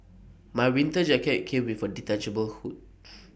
my winter jacket came with A detachable hood